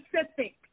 specific